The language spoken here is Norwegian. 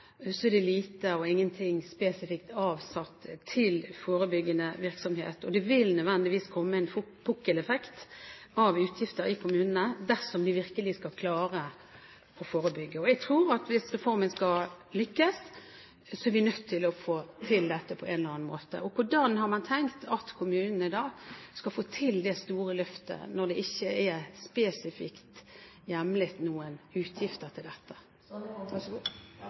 Så er det slik at flere høringsinstanser har påpekt at å satse mer på forebygging og folkehelse vil være et stort løft for kommunene. Vi vet også at resultatene kanskje kommer mange år senere. Flere høringsinstanser har også påpekt at i det økonomiske opplegget for oppfølgingen av Samhandlingsreformen er lite og ingenting spesifikt avsatt til forebyggende virksomhet. Det vil nødvendigvis komme en pukkeleffekt av utgifter i kommunene, dersom de virkelig skal klare å forebygge. Jeg tror at hvis reformen skal lykkes, er vi nødt til å få til dette på